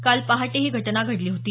काल पहाटे ही घटना घडली होती